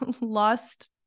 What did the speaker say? lost